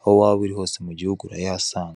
aho waba uri hose mu gihugu urayahasanga.